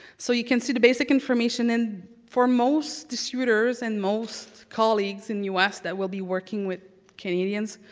so you can see the basic information and for most distributors and most colleagues in u s. that will be working with canadians,